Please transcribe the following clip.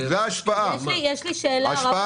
200 דירות